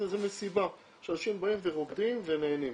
זו מסיבה שאנשים באים ורוקדים ונהנים.